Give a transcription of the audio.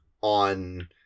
on